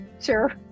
sure